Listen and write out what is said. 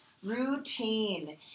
Routine